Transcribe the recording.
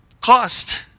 cost